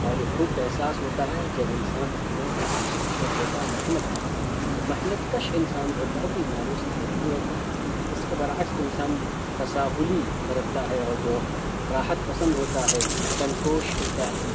اور یہ بھوک کا احساس ہوتا ہے جب انسان اپنے جسم کو حرکت دیتا ہے محنت کرتا ہے تو محنت کش انسان جو ہوتا ہے وہ بیماریوں سے بہت دور ہوتا ہے اس کے برعکس جو انسان تساہلی برتتا ہے اور جو راحت پسند ہوتا ہے تن کوش ہوتا ہے